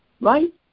right